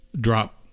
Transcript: drop